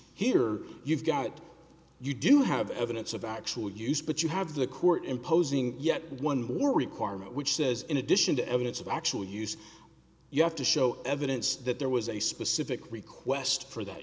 here you've got you do have evidence of actual use but you have the court imposing yet one more requirement which says in addition to evidence of actual use you have to show evidence that there was a specific request for that